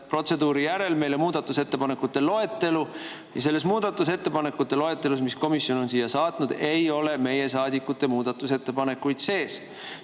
protseduuri järel meile muudatusettepanekute loetelu. Selles muudatusettepanekute loetelus, mille komisjon on siia saatnud, ei ole meie saadikute muudatusettepanekuid sees.